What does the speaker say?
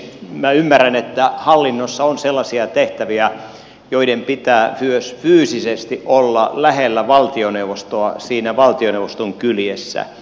minä ymmärrän että hallinnossa on sellaisia tehtäviä joiden pitää myös fyysisesti olla lähellä valtioneuvostoa siinä valtioneuvoston kyljessä